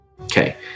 Okay